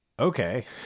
Okay